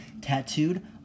tattooed